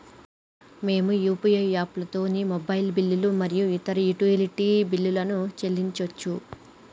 మేము యూ.పీ.ఐ యాప్లతోని మొబైల్ బిల్లులు మరియు ఇతర యుటిలిటీ బిల్లులను చెల్లించచ్చు